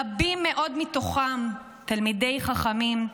רבים מאוד מתוכם תלמידי חכמים,